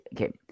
okay